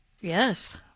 Yes